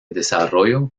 desarrollo